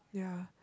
yeah